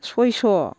सयस'